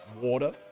water